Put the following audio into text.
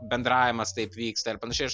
bendravimas taip vyksta ir panašiai aš